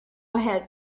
ahead